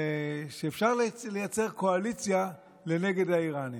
שאפשר לייצר קואליציה נגד האיראנים.